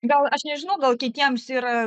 gal aš nežinau gal kitiems yra